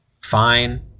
fine